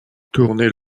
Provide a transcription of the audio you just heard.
tourner